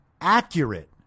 accurate